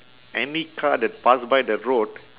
any car that pass by the road